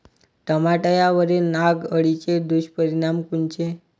टमाट्यावरील नाग अळीचे दुष्परिणाम कोनचे?